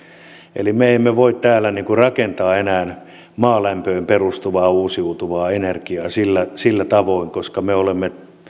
eli me emme voi täällä rakentaa enää maalämpöön perustuvaa uusiutuvaa energiaa sillä sillä tavoin koska me olemme